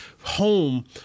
home